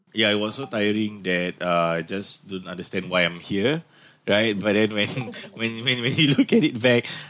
ya it was so tiring that uh I just don't understand why I'm here right but then when when when when we look at it back